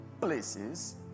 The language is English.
places